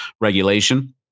regulation